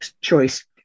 choice